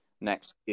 next